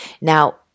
Now